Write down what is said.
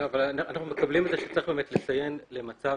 אנחנו מקבלים את זה שצריך לציין אם יש מצב